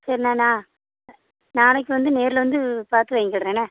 சரி நானா நாளைக்கு வந்து நேரில் வந்து பார்த்து வாங்கிக்கிறேன் என்ன